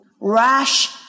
Rash